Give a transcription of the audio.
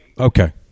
Okay